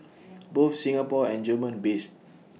both Singapore and German based